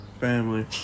family